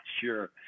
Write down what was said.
sure